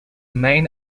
main